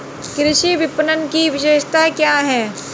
कृषि विपणन की विशेषताएं क्या हैं?